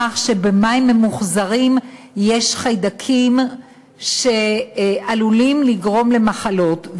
בכך שבמים ממוחזרים יש חיידקים שעלולים לגרום מחלות.